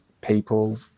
people